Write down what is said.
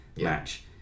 match